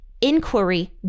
inquiry